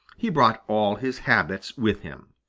he brought all his habits with him.